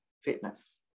fitness